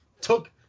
took